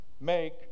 Make